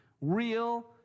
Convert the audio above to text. real